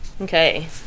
Okay